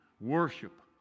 worship